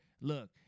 look